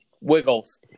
Wiggles